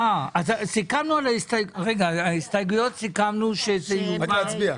על ההסתייגויות סיכמנו שזה יובא --- רק להצביע.